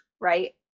right